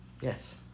Yes